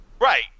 right